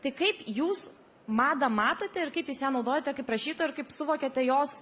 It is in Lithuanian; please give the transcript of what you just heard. tai kaip jūs madą matote ir kaip jūs ją naudojate kaip rašytoja ir kaip suvokiate jos